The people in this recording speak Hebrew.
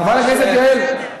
חברת הכנסת יעל,